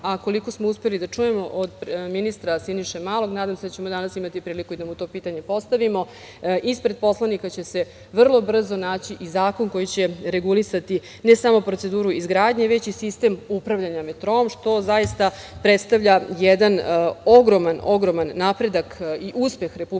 Koliko smo uspeli da čujemo od ministra Siniše Malog, nadam se da ćemo danas imati priliku i da mu to pitanje postavimo, ispred poslanika će se vrlo brzo naći i zakon koji će regulisati ne samo proceduru izgradnje, već i sistem upravljanja metroom, što zaista predstavlja jedan ogroman napredak i uspeh Republike